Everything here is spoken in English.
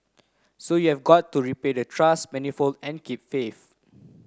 so you've got to repay the trust manifold and keep faith